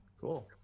Cool